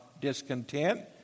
discontent